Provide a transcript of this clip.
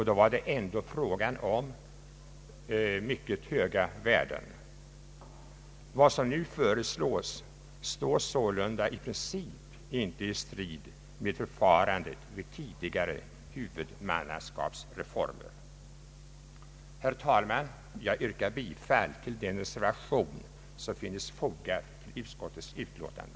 Då var det ändock fråga om mycket höga värden. Vad som nu föreslås står således i princip inte i strid mot förfarandet vid tidigare huvudmannaskapsreformer. Herr talman! Jag yrkar bifall till den reservation som finns fogad till utskottets utlåtande.